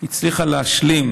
הצליחה להשלים